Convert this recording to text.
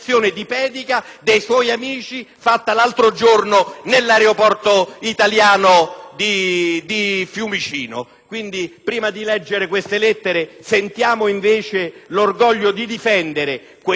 Pedica)*. Quindi, prima di leggere queste lettere, sentiamo invece l'orgoglio di difendere quei lavoratori che stanno facendo camminare e volare l'Alitalia e quelle centinaia e centinaia